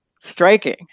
striking